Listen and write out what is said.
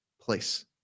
place